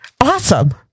Awesome